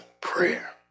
prayer